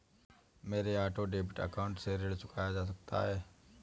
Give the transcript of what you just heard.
क्या auto debit account से ऋण चुकाया जा सकता है?